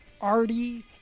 arty